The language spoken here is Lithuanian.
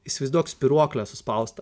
įsivaizduok spyruoklė suspausta